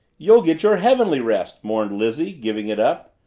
you'll get your heavenly rest! mourned lizzie, giving it up.